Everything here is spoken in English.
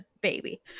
baby